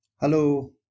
Hello